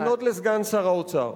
ולפנות לסגן שר האוצר: